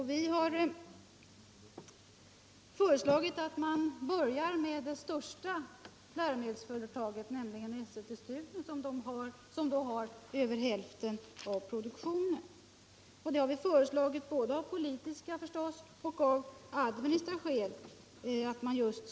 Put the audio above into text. Vi har föreslagit att man börjar med att förstatliga det största läromedelsföretaget, nämligen Esselte Studium, som har över hälften av produktionen. Detta har vi föreslagit av både politiska och administrativa skäl.